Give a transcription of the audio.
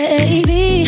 Baby